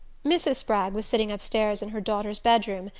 mrs. spragg was sitting upstairs in her daughter's bedroom,